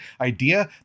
idea